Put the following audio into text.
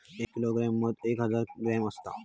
एक किलोग्रॅम मदि एक हजार ग्रॅम असात